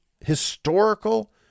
historical